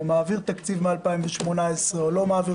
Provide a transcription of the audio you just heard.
או מעביר תקציב מ-2018 או לא מעביר